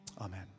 Amen